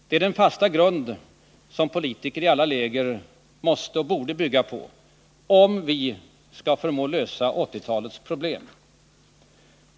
Den är den fasta grund som politiker i alla läger borde och måste bygga på, om vi skall förmå lösa 1980-talets problem.